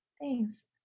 Thanks